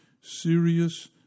serious